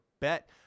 bet